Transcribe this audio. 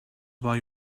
buy